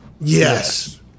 Yes